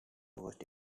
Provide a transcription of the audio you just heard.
used